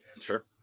Sure